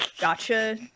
gotcha